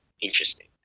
interesting